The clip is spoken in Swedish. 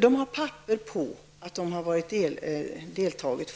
De har papper på att de har deltagit